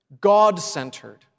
God-centered